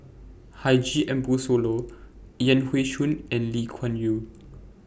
Haji Ambo Sooloh Yan Hui Chang and Lee Kuan Yew